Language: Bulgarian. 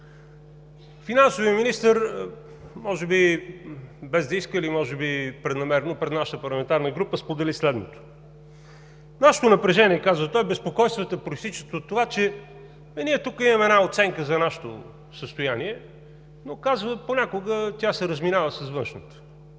Финансовият министър, може би, без да иска или може би преднамерено, пред нашата парламентарна група сподели следното: нашето напрежение, казва той, безпокойствата, произтичат от това, че ние тук имаме една оценка за нашето състояние, но, казва, понякога тя се разминава с външната.